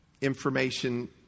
information